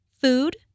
food